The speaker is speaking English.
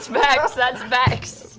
that's that's vex.